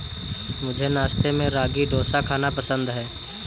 मुझे नाश्ते में रागी डोसा खाना पसंद है